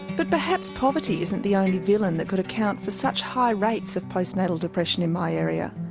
but perhaps poverty isn't the only villain that could account for such high rates of postnatal depression in my area.